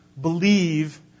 believe